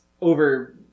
over